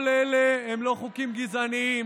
כל אלה הם לא חוקים גזעניים,